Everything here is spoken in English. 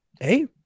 Hey